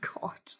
God